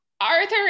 Arthur